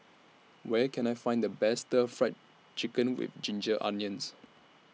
Where Can I Find The Best Stir Fried Chicken with Ginger Onions